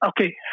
okay